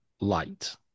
light